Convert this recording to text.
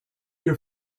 your